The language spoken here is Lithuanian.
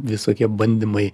visokie bandymai